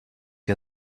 der